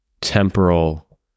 temporal